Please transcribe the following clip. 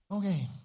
Okay